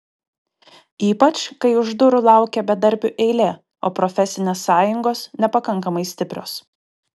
ypač kai už durų laukia bedarbių eilė o profesinės sąjungos nepakankamai stiprios